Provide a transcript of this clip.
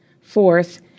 Fourth